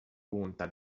punta